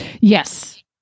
Yes